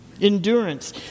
Endurance